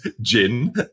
gin